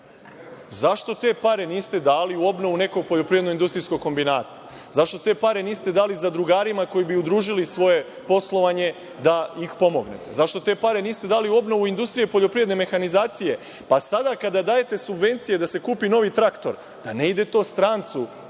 Zašto te pare niste dali u obnovu nekog poljoprivredno-industrijskog kombinata? Zašto te pare niste dali zadrugarima koji bi udružili svoje poslovanje, da ih pomognete? Zašto te pare niste dali u obnovu industrije poljoprivredne mehanizacije? Sada kada dajete subvencije da se kupi novi traktor da ne ide to strancu